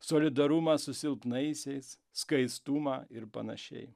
solidarumą su silpnaisiais skaistumą ir panašiai